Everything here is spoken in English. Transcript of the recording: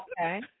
Okay